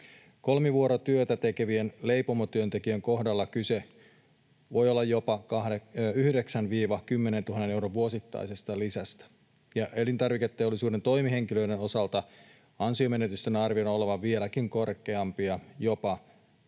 Kolmivuorotyötä tekevien leipomotyöntekijöiden kohdalla kyse voi olla jopa 9 000—10 000 euron vuosittaisesta lisästä, ja elintarviketeollisuuden toimihenkilöiden osalta ansionmenetysten arvioidaan olevan vieläkin korkeampia ja